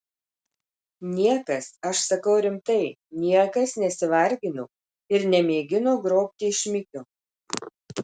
niekas aš sakau rimtai niekas nesivargino ir nemėgino grobti iš šmikio